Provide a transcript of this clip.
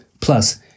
Plus